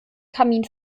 kamin